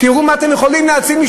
תראו מה אתם יכולים להציל.